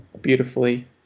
beautifully